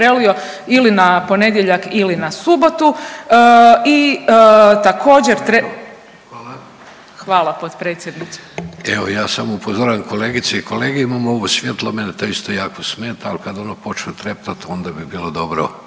Hvala vam potpredsjedniče.